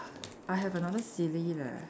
I have another silly leh